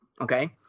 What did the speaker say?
okay